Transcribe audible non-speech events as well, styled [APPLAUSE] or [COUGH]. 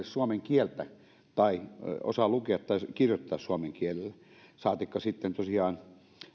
[UNINTELLIGIBLE] suomen kieltä tai osaa lukea tai kirjoittaa suomen kielellä saatikka sitten tosiaan